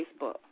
Facebook